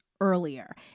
earlier